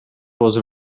was